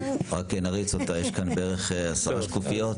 נריץ אותה יש כאן בערך עשר שקופיות.